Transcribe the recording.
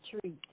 treat